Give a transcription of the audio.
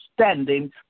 standing